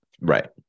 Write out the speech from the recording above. Right